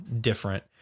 different